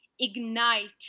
ignite